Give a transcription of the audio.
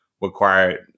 required